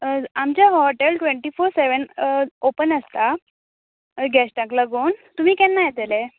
हय आमचें hotel twenty four seven open आसता गेस्टाक लागून तुमी केन्ना येतले